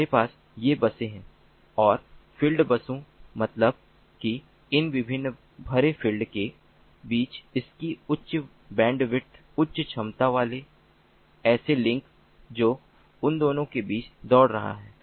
हमारे पास ये बसें हैं और फिल्ड बसों मतलब कि इन विभिन्न भरे फिल्ड के बीच इसकी उच्च बैंडविड्थ उच्च क्षमता वाले ऐसे लिंक जो उन दोनों के बीच दौड़ रहा है